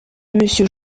monsieur